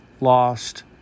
lost